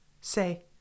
Say